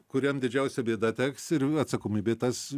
kuriam didžiausia bėda teks ir atsakomybė tas